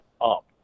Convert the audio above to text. up